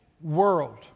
world